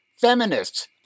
feminists